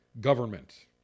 government